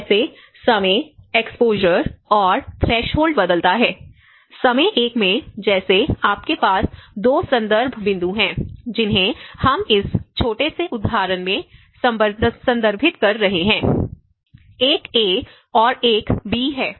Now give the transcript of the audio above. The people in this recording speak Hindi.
कैसे समय एक्सपोज़र और थ्रेशोल्ड बदलता है समय 1 में जैसे आपके पास 2 संदर्भ बिंदु हैं जिन्हें हम इस छोटे से उदाहरण में संदर्भित कर रहे हैं एक ए है और एक बी है